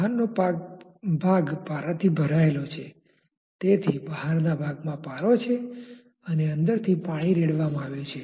બહારનો ભાગ પારા થી ભરાયો છે તેથી બહારના ભાગ મા પારો છે અને અંદરથી પાણી રેડવામાં આવ્યુ છે